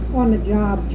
on-the-job